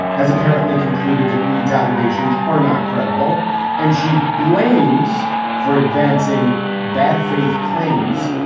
has apparently concluded that reid's allegations are not credible and she blames for advancing bad faith claims.